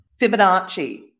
Fibonacci